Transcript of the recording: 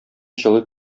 җылы